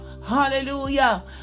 Hallelujah